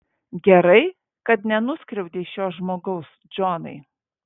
gerai kad nenuskriaudei šio žmogaus džonai